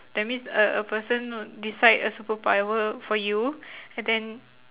that means a a person will decide a superpower for you and then